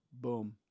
Boom